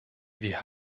wir